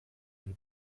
der